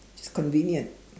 just convenient